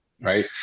right